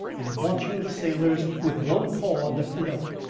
and watching the sailors with one paw lifted up.